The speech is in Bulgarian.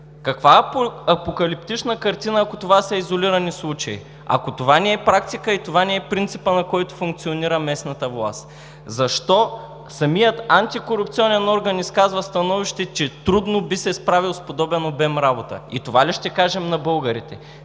Каква апокалиптична картина, ако това са изолирани случаи, ако това не е практика, и това не е принципът, на който функционира местната власт?! Защо самият Антикорупционен орган изказва становище, че трудно би се справил с подобен обем работа? И това ли ще кажем на българите: